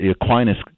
Aquinas